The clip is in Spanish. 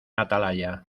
atalaya